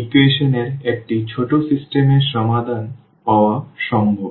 equation এর একটি ছোট সিস্টেম এর সমাধান পাওয়া সম্ভব